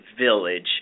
village